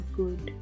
good